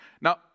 Now